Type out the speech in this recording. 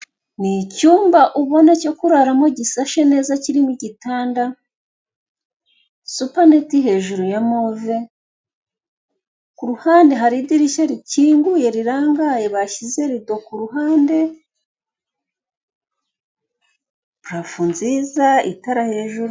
Barimo baratwereka umuntu uri mu nzu, arimo arabuganiza amata, hirya yiwe kuko arimo arayabuganiriza mu majaga ateretse ku meza, hari n'agacupa kameze nk'aho kavuyemo aka ji hanyuma hanze y'iyo nyubako hari umuntu umugabo wambaye ingofero, urimo aratumbira cyane uyu muntu urimo imbere ashobore kuba ari uwo agiye guha amata hanyuma hirya yaho hari akadomoro nako kahateretse.